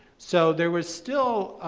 so there was still,